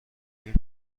این